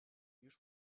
już